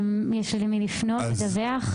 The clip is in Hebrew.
יש למי לפנות לדווח?